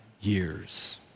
years